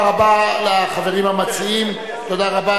42 בעד,